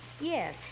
Yes